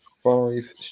Five